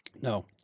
No